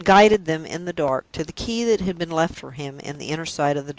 and guided them in the dark to the key that had been left for him in the inner side of the door.